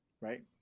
Right